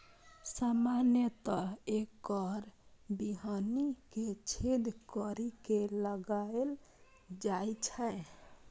सामान्यतः एकर बीहनि कें छेद करि के लगाएल जाइ छै